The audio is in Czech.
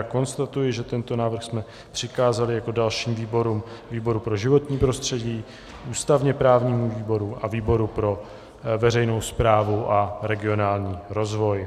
Konstatuji, že tento návrh jsme přikázali jako dalším výborům výboru pro životní prostředí, ústavněprávnímu výboru a výboru pro veřejnou správu a regionální rozvoj.